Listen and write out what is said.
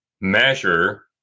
measure